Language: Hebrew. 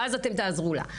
ואתם תעזרו לה,